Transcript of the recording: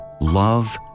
love